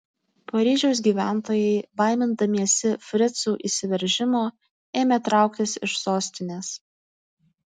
paryžiaus gyventojai baimindamiesi fricų įsiveržimo ėmė trauktis iš sostinės